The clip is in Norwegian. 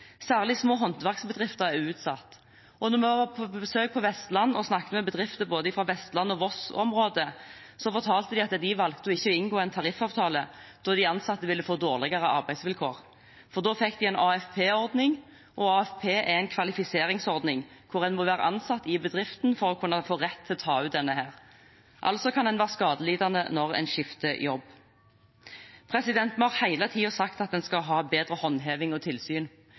Særlig små håndverksbedrifter er utsatt. Da vi var på besøk på Vestlandet og snakket med bedrifter fra Vestland- og Voss-området, fortalte de at de valgte å ikke inngå en tariffavtale, da de ansatte ville få dårligere arbeidsvilkår. Da ville de få en AFP-ordning. AFP er en kvalifiseringsordning, og man må være ansatt i bedriften for å kunne få rett til å ta ut den. Altså kan man bli skadelidende når man skifter jobb. Vi har hele tiden sagt at man skal ha bedre håndheving og tilsyn.